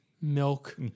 milk